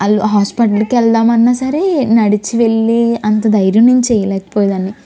వాళ్ళు హాస్పెటల్కి వెళ్దామన్నా సరే నడిచి వెళ్ళే అంత ధైర్యం నేను చేయలేకపోయే దాన్ని